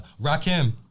Rakim